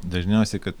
dažniausiai kad